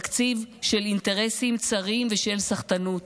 תקציב של אינטרסים צרים ושל סחטנות,